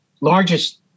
largest